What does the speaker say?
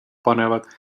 panevad